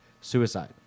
suicide